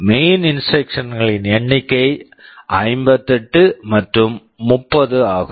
main main instructions instructions களின் எண்ணிக்கை 58 மற்றும் 30 ஆகும்